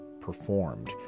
performed